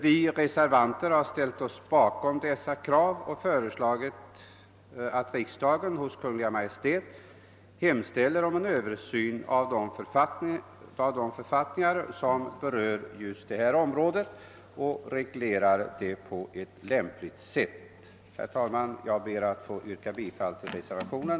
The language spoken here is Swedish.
Vi reservanter har ställt oss bakom de krav som framförs i motionen och föreslagit att riksdagen hos Kungl. Maj:t hemställer om en översyn av de författningar som berör just detta område för att få saken reglerad på ett lämpligt sätt. Herr talman! Jag ber att få yrka bifall till reservationen.